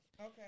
Okay